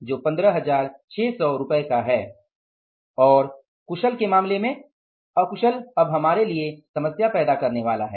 और अकुशल के मामले में अकुशल अब हमारे लिए समस्या पैदा करने वाला है